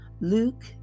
Luke